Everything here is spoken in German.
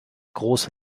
gross